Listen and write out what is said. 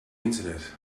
internet